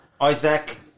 Isaac